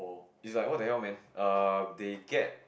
is like what the hell man err they get